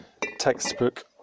textbook